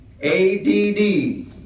A-D-D